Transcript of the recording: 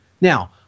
Now